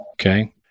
Okay